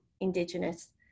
Indigenous